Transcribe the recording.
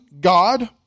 God